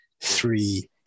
three